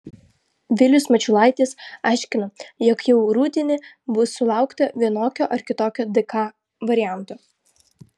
vilius mačiulaitis aiškino jog jau rudenį bus sulaukta vienokio ar kitokio dk varianto